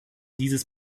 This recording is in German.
dieses